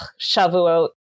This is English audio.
Shavuot